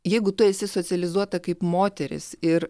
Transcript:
jeigu tu esi socializuota kaip moteris ir